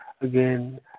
again